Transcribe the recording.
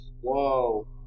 Whoa